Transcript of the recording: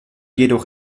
jedoch